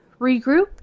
regrouped